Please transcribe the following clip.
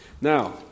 Now